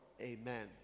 Amen